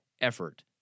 effort